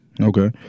Okay